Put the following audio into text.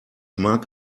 mag